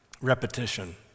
Repetition